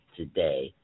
today